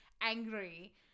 angry